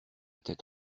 tête